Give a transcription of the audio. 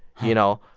you know?